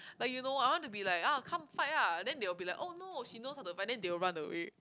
but you know what I want to be like ah come fight lah then they will be like oh no she knows how to fight then they will run away